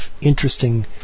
interesting